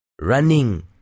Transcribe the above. Running